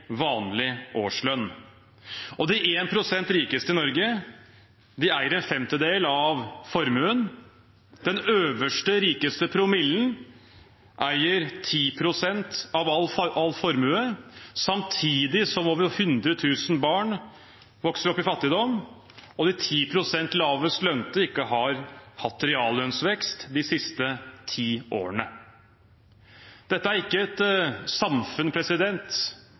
vanlig årslønn. Den rikeste prosenten i Norge eier en femtedel av formuen, den øverste, rikeste promillen eier 10 pst. av all formue. Samtidig så vi at over 100 000 barn vokser opp i fattigdom, og at de lavest lønte 10 pst. ikke har hatt reallønnsvekst de siste ti årene. Dette er ikke et samfunn